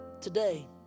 Today